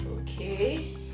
okay